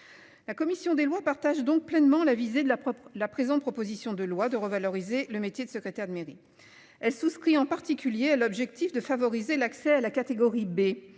La commission des lois partage donc pleinement la visée de la propre la présente, proposition de loi de revaloriser le métier de secrétaire de mairie. Elle souscrit en particulier, l'objectif de favoriser l'accès à la catégorie B.